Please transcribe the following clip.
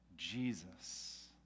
Jesus